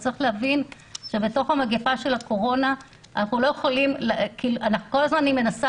צריך להבין שבמגפה של הקורונה אני כל הזמן מנסה